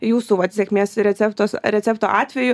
jūsų sėkmės vat receptas recepto atveju